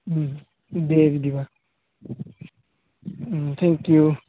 दे बिदिबा थेंकिउ